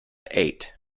eight